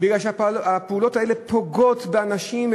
כי הפעולות האלה פוגעות באנשים,